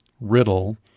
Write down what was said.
riddle